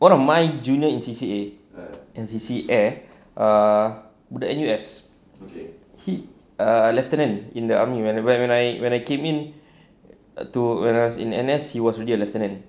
one of my junior in C_C_A and N_C_C err budak N_U_S he err lieutenant in the army when I when I came in through when I was in N_S he was already a lieutenant